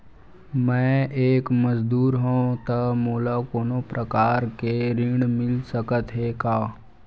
मैं एक मजदूर हंव त मोला कोनो प्रकार के ऋण मिल सकत हे का?